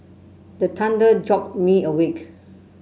the thunder jolt me awake